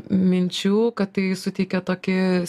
minčių kad tai suteikia tokį